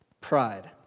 Pride